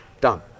done